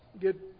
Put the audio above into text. Get